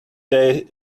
they